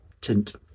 tint